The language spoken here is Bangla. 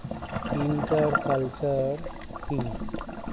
ইন্টার কালচার কি?